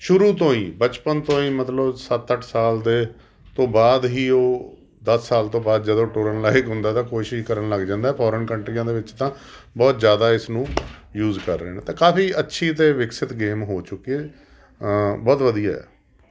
ਸ਼ੁਰੂ ਤੋਂ ਹੀ ਬਚਪਨ ਤੋਂ ਹੀ ਮਤਲਬ ਸੱਤ ਅੱਠ ਸਾਲ ਦੇ ਤੋਂ ਬਾਅਦ ਹੀ ਉਹ ਦਸ ਸਾਲ ਤੋਂ ਬਾਅਦ ਜਦੋਂ ਤੋਰਨ ਲਾਇਕ ਹੁੰਦਾ ਤਾਂ ਕੋਸ਼ਿਸ਼ ਕਰਨ ਲੱਗ ਜਾਂਦਾ ਫੋਰਨ ਕੰਟਰੀਆਂ ਦੇ ਵਿੱਚ ਤਾਂ ਬਹੁਤ ਜ਼ਿਆਦਾ ਇਸ ਨੂੰ ਯੂਜ਼ ਕਰ ਰਹੇ ਨੇ ਤਾਂ ਕਾਫੀ ਅੱਛੀ ਅਤੇ ਵਿਕਸਿਤ ਗੇਮ ਹੋ ਚੁੱਕੀ ਹੈ ਬਹੁਤ ਵਧੀਆ